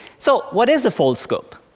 so what is a foldscope?